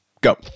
Go